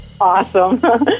Awesome